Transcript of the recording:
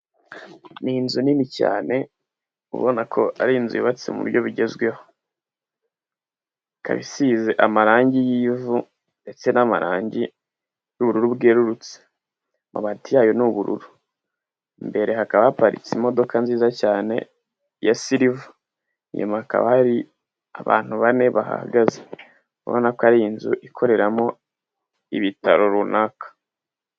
Ni inzu nini cyane ubona ko ari inzu yubatse mu buryo bugezweho, ikaba isize amarangi y'ivu ndetse n'amarangi y'ubururu bwerurutse, amabati yayo ni ubururu, imbere hakaba haparitse imodoka nziza cyane ya silver, inyuma hakaba hari abantu bane bahahagaze, urabona ko ari inzu ikoreramo ibitaro runaka.